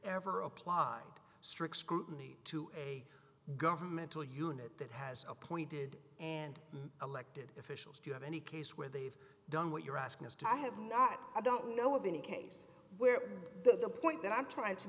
ever applied strict scrutiny to a governmental unit that has appointed and elected officials do you have any case where they've done what you're asking is to have not i don't know of any case where the point that i'm trying to